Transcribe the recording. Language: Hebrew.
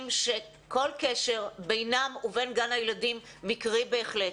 שכל קשר בינם ובין גן הילדים מקרי בהחלט,